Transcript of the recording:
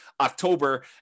October